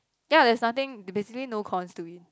ya there's nothing basically no cons to it